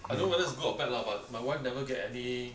I don't know if it's good or bad lah but my wife never get any